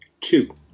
Two